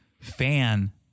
fan